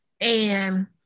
And-